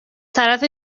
طرف